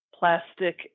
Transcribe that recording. Plastic